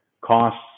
costs